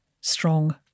strong